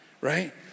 right